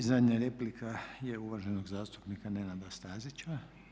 I zadnja replika je uvaženog zastupnika Nenada Stazića.